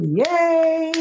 yay